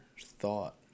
thought